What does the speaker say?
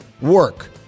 work